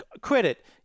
credit